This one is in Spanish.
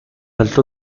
alto